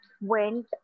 went